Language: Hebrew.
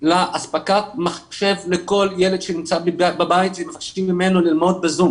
לאספקת מחשב לכל ילד שנמצא בבית ומבקשים ממנו ללמוד בזום